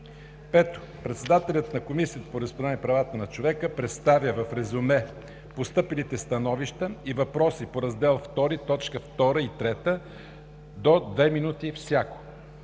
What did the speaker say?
5. Председателят на Комисията по вероизповеданията и правата на човека представя в резюме постъпилите становища и въпроси по раздел II, т. 2 и 3 – до 2 минути всяко.